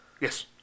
Yes